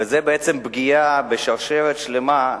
וזו בעצם פגיעה בשרשרת שלמה.